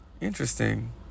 Interesting